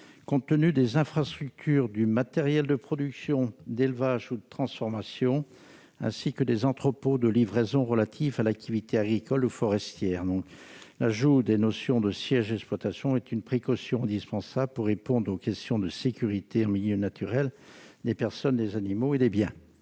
comprenant les infrastructures, le matériel de production, d'élevage ou de transformation ou les entrepôts de livraison inhérents à l'activité agricole ou forestière. L'ajout de la notion de siège d'exploitation est une précaution indispensable pour répondre aux exigences de sécurité en milieu naturel des personnes, des animaux et des biens.